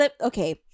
okay